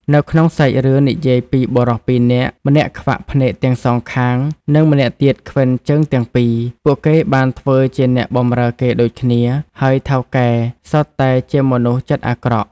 នៅក្នុងសាច់រឿងនិយាយពី បុរសពីរនាក់ ម្នាក់ខ្វាក់ភ្នែកទាំងសងខាង និងម្នាក់ទៀតខ្វិនជើងទាំងពីរ ពួកគេបានធ្វើជាអ្នកបម្រើគេដូចគ្នា ហើយថៅកែសុទ្ធតែជាមនុស្សចិត្តអាក្រក់ ។